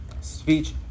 Speech